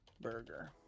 burger